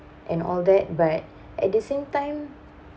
and all that but at the same time